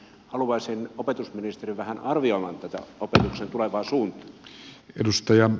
haluaisin opetusministerin vähän arvioivan tätä opetuksen tulevaa suuntaa